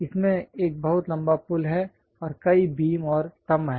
इसमें एक बहुत लंबा पुल है और कई बीम और स्तंभ हैं